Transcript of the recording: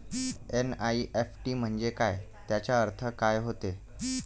NEFT म्हंजे काय, त्याचा अर्थ काय होते?